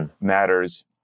matters